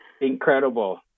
Incredible